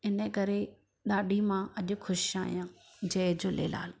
हिन जे करे ॾाढी मां अॼु ख़ुश आहियां जय झूलेलाल